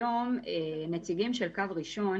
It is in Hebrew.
היום נציגים של קו ראשון